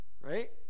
right